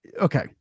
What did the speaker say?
okay